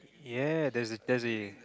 ya there's there's